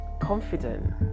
confident